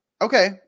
Okay